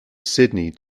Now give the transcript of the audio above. sydney